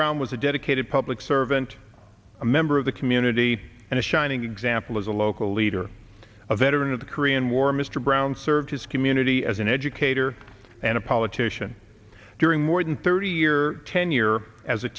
brown was a dedicated public servant a member of the community and a shining example as a local leader a veteran of the korean war mr brown served his community as an educator and a politician during more than thirty year tenure as a